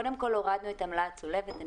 קודם כל, הורדנו את העמלה הצולבת.